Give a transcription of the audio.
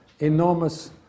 enormous